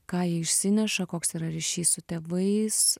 ką jie išsineša koks yra ryšys su tėvais